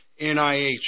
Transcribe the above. NIH